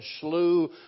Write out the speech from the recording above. slew